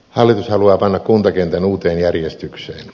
hallitus haluaa panna kuntakentän uuteen järjestykseen